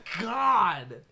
god